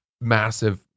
massive